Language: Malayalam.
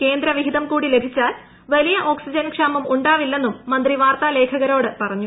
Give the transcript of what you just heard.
കേന്ദ്രവിഹിതം കൂടി ലഭിച്ചാൽ വലിയ ഓക്സിജൻ ക്ഷാമം ഉണ്ടാവില്ലെന്നും മന്ത്രി വാർത്താ ലേഖകരോട് പറഞ്ഞു